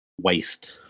waste